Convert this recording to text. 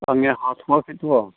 आंनिया हाथ'आखै थ'